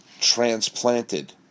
transplanted